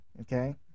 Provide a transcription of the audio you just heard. okay